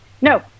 No